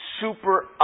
super